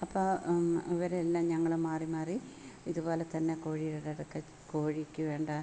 അപ്പം ഇവർ എല്ലാം ഞങ്ങൾള് മാറി മാറി ഇതു പോലെ തന്നെ കോഴികളുടെ അടടുക്കൽ കോഴിയ്ക്ക് വേണ്ട